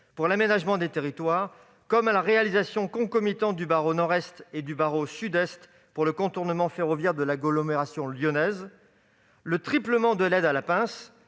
pour l'aménagement des territoires, comme la réalisation concomitante du barreau nord-est et du barreau sud-est pour le contournement ferroviaire de l'agglomération lyonnaise, ou le triplement de l'aide à la pince